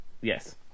Yes